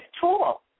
tool